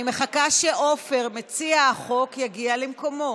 אני מחכה שעפר, מציע החוק, יגיע למקומו.